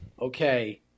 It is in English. okay